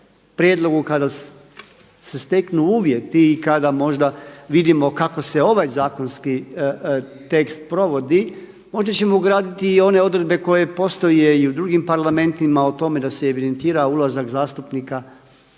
kada se steknu uvjeti i kada možda vidimo kako se ovaj zakonski tekst provodi možda ćemo ugraditi i one odredbe koje postoje i u drugim parlamentima o tome da se evidentira ulazak zastupnika